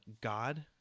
God